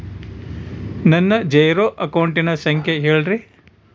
ನನ್ನ ಜೇರೊ ಅಕೌಂಟಿನ ಸಂಖ್ಯೆ ಹೇಳ್ರಿ?